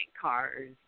cars